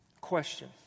Question